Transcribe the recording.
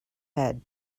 head